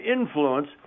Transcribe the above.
influence